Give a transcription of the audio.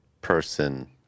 person